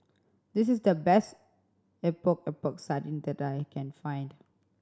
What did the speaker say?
this is the best Epok Epok Sardin that I can find